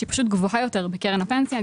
שפשוט גבוהה יותר בקרן הפנסיה,